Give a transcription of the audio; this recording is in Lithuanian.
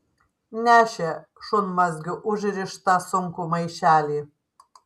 nešė šunmazgiu užrištą sunkų maišelį